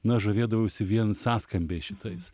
na žavėdavausi vien sąskambiais šitais